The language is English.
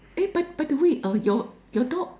eh but by the way uh your your dog